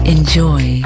Enjoy